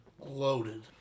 loaded